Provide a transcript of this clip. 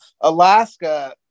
Alaska